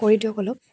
কৰি দিয়ক অলপ